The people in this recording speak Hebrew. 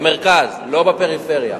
במרכז, לא בפריפריה.